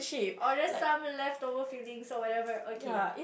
or just some leftover feelings or whatever okay